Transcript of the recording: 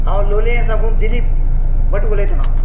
हांव लोलयें साकून दिलीप भट उलयता